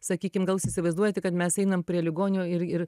sakykim gal jūs įsivaizduojate kad mes einam prie ligonių ir ir